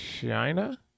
China